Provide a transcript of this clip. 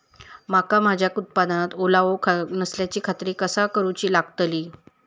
मका माझ्या उत्पादनात ओलावो नसल्याची खात्री कसा करुची लागतली?